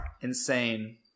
insane